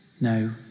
No